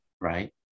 right